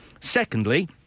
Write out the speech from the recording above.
Secondly